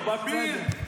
המסמך בבילד.